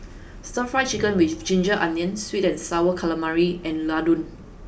stir fry chicken with ginger onions sweet and sour calamari and laddu